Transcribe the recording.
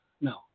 no